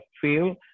feel